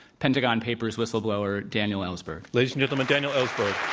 pentagon papers whistleblower, daniel ellsberg. ladies and gentlemen, daniel ellsberg.